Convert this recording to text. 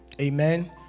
Amen